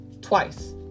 twice